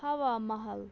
ہوا محل